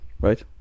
right